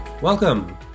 Welcome